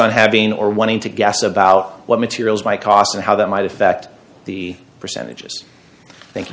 on having or wanting to gas about what materials might cost and how that might affect the percentages thank you